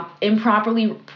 improperly